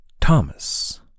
Thomas